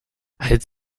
als